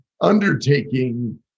undertaking